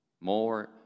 more